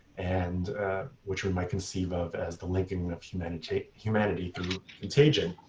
and which we might conceive of as the linking of humanity humanity through contagion.